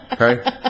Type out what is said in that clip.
Okay